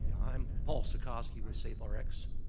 yeah um paul suchoski with safe rx.